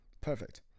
Perfect